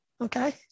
Okay